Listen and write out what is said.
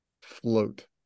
float